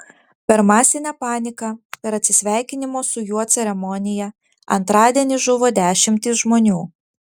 per masinę paniką per atsisveikinimo su juo ceremoniją antradienį žuvo dešimtys žmonių